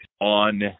on